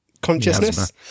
consciousness